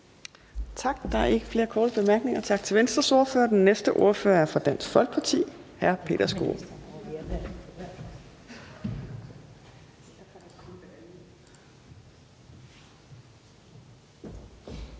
Tak. Der er ikke flere korte bemærkninger til Venstres ordfører, så jeg siger tak. Den næste ordfører er fra Dansk Folkeparti, og det er hr.